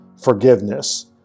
forgiveness